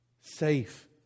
Safe